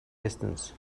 distance